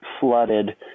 flooded